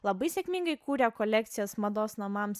labai sėkmingai kūrė kolekcijas mados namams